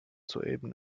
soeben